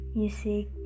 music